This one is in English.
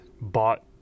bought